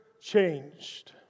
changed